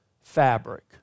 fabric